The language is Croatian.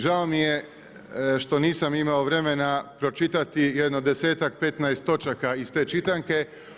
Žao mi je što nisam imao vremena pročitati jedno desetak, petnaest točaka iz te čitanke.